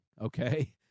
Okay